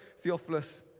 Theophilus